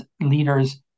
leaders